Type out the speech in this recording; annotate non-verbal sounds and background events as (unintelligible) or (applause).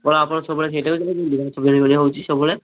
କ'ଣ ଆପଣ ସବୁବେଳେ (unintelligible) ହଉଛି ସବୁବେଳେ